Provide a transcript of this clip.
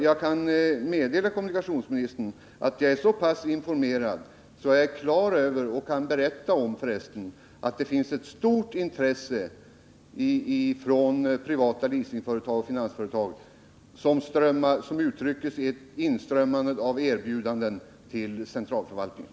Jag kan meddela kommunikationsministern att jag är så pass informerad att jag är på det klara med — och kan berätta — att det finns ett stort intresse från privata leasingföretag och finansföretag som uttrycks i inströmmande erbjudanden till centralförvaltningen.